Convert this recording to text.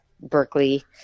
Berkeley